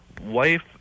wife